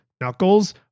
Knuckles